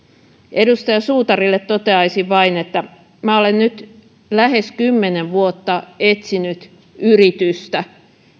edustaja suutarille toteaisin vain että minä olen nyt lähes kymmenen vuotta etsinyt yritystä